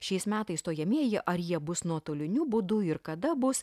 šiais metais stojamieji ar jie bus nuotoliniu būdu ir kada bus